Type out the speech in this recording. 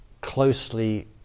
closely